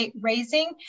raising